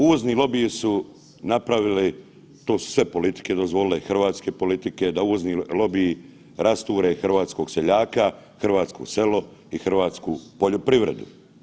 Uvozni lobiji su napravili, to su sve politike dozvolile, hrvatske politike da uvozne lobiji rasture hrvatskog seljaka, hrvatsko selo i hrvatsku poljoprivredu.